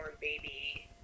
baby